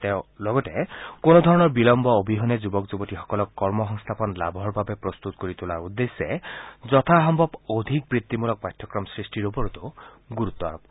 তেওঁ লগতে কোনোধৰণৰ বিলম্ব অবিহনে যুৱক যুৱতীসকলক কৰ্ম সংস্থাপন লাভৰ বাবে প্ৰস্তুত কৰি তোলাৰ উদ্দেশ্যে যথাসম্ভৱ অধিক বৃত্তিমূলক পাঠ্যক্ৰম সৃষ্টিৰ ওপৰতো গুৰুত্ব আৰোপ কৰে